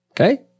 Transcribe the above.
Okay